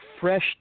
fresh